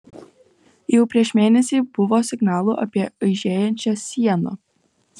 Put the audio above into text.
jau prieš mėnesį buvo signalų apie aižėjančią sieną